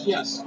Yes